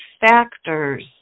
factors